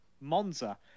monza